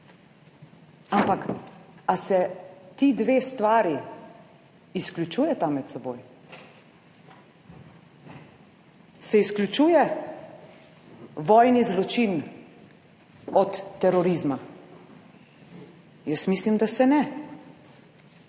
ampak a se ti dve stvari izključujeta med seboj. Se izključuje vojni zločin od terorizma. Jaz mislim, da se ne.